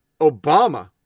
Obama